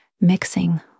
mixing